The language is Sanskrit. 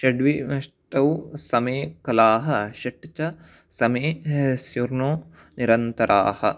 षड्वि अष्टौ समे कलाः षट् च समे ह स्युर्नौ निरन्तराः